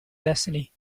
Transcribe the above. destiny